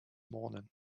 morning